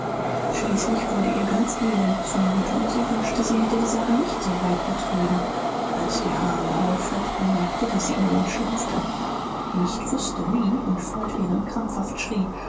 schließlich wurde ihr ganz elend zumute und sie wünschte sie hätte die sache nicht so weit getrieben als der arme alfred bemerkte daß sie ihm entschlüpfte nicht wußte wie und fortwährend krampfhaft schrie